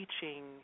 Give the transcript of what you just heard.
teaching